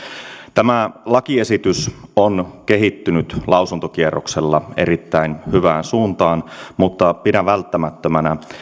tämä lakiesitys on kehittynyt lausuntokierroksella erittäin hyvään suuntaan mutta pidän välttämättömänä